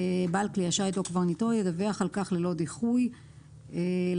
בעל כלי השיט או קברניטו ידווח על כך ללא דיחוי למנהל.